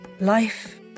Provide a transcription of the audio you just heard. Life